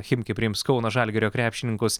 chimki priims kauno žalgirio krepšininkus